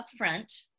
upfront